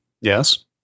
Yes